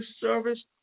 service